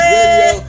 Radio